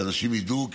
שאנשים ידעו.